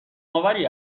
آوری